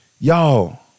Y'all